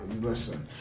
Listen